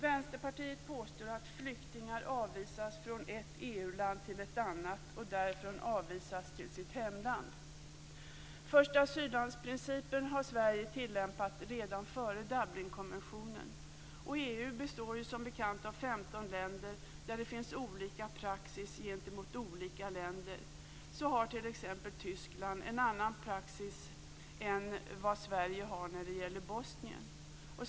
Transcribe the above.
Vänsterpartiet påstår att flyktingar avvisas från ett EU-land till ett annat och därifrån avvisas till sitt hemland. Förstaasyllandsprincipen tillämpade Sverige redan före Dublinkonventionen. EU består ju som bekant av 15 länder, där det finns olika praxis gentemot olika länder. Så har t.ex. Tyskland en annan praxis än Sverige när det gäller Bosnien.